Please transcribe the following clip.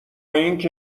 اینکه